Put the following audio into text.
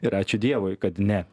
ir ačiū dievui kad ne